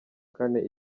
kane